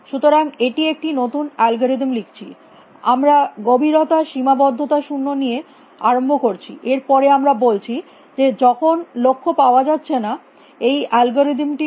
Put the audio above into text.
সুতরাং এটি একটি নতুন অ্যালগরিদম লিখছি আমরা গভীরতা সীমাবদ্ধতা শূন্য দিয়ে আরম্ভ করছি এর পরে আমরা বলছি যে যখন লক্ষ্য পাওয়া যাচ্ছে না এই অ্যালগরিদমটি কর